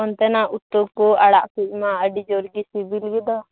ᱚᱱᱛᱮᱱᱟᱜ ᱩᱛᱩ ᱠᱚ ᱟᱲᱟᱜ ᱠᱚ ᱢᱟ ᱟᱹᱰᱤᱡᱳᱨ ᱜᱮ ᱥᱤᱵᱤᱞ ᱜᱮᱫᱚ